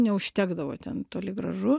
neužtekdavo ten toli gražu